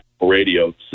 Radio